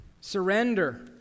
Surrender